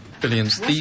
Billions